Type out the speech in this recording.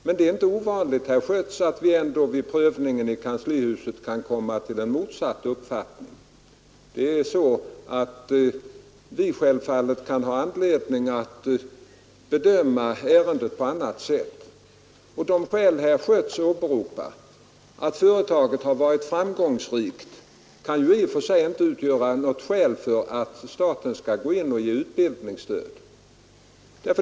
Men det är inte ovanligt, herr Schött, att vi ändå vid prövningen i kanslihuset kan komma till motsatt uppfattning. Vi kan självfallet ha anledning att bedöma ärendet på annat sätt. Det skäl herr Schött åberopar — att företaget har varit framgångsrikt — kan ju i och för sig inte utgöra skäl för att staten skall gå in och ge utbildningsstöd.